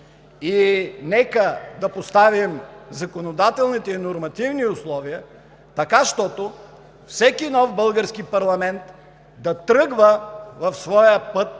и нека да поставим законодателните и нормативните условия, така щото всеки нов български парламент да тръгва в своя път,